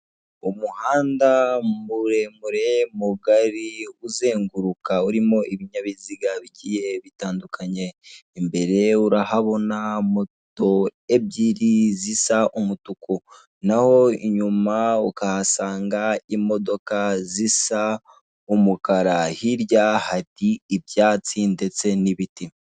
Umuhanda muremure mugari uzenguruka urimo ibinyabiziga bigiye bitandukanye, imbere urahabona poto ebyiri zisa umutuku naho inyuma ukahasanga imodoka zisa umukara, hirya hari ibyatsi ndetse n ibiti.